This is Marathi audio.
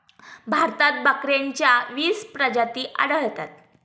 भारतात बकऱ्यांच्या वीस प्रजाती आढळतात